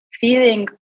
feeling